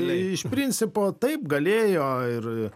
iš principo taip galėjo ir